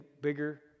bigger